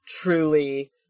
truly